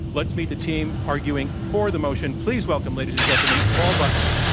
let's meet the team arguing for the motion. please welcome, ladies and gentlemen, paul butler.